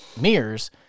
mirrors